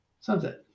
sunset